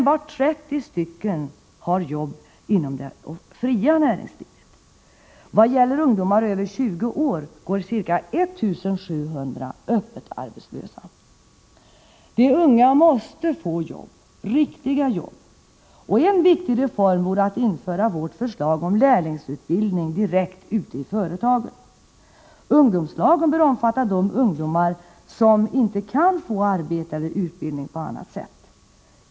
Bara 30 stycken har ”jobb” inom det fria näringslivet. Av ungdomar över 20 år går ca 1 700 öppet arbetslösa. De unga måste få jobb — riktiga jobb. En viktig reform vore att genomföra vårt förslag om lärlingsutbildning direkt ute i företagen. Ungdomslagen bör omfatta de ungdomar som absolut inte kan få arbete eller utbildning på annat sätt.